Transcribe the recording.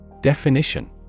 Definition